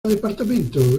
departamento